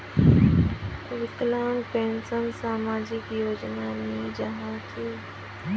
विकलांग पेंशन सामाजिक योजना नी जाहा की?